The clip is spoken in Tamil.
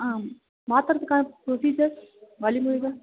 ஆ மாற்றுறதுக்கான புரோசிஸர் வழிமுறைகள்